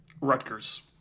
Rutgers